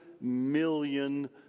million